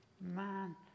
Man